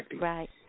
Right